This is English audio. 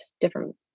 different